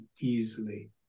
easily